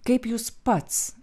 kaip jūs pats